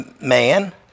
man